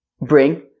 bring